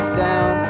down